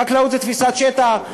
חקלאות זה תפיסת שטח,